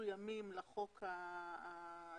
מסוימים לחוק הזה,